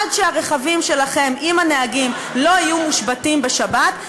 עד שהרכבים שלכם עם הנהגים לא יהיו מושבתים בשבת,